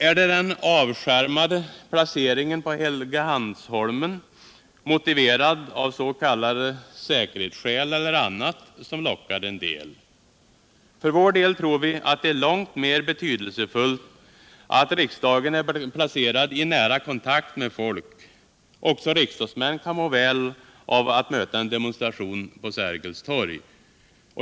Är det den avskärmade placeringen på Helgeandsholmen, motiverad av s.k. säkerhetsskäl, som lockar en del? För vår del tror vi att det är långt mera betydelsefullt att riksdagen är placerad i nära kontakt med folk. Också riksdagsmän kan må väl av att möta en demonstration på Sergels torg.